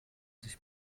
sich